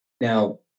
Now